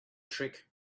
trick